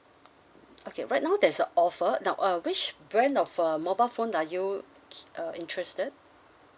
okay right now there's a offer now uh which brand of a mobile phone are you k~ uh interested